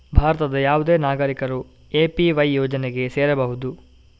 ಭಾರತದ ಯಾವುದೇ ನಾಗರಿಕರು ಎ.ಪಿ.ವೈ ಯೋಜನೆಗೆ ಸೇರಬಹುದು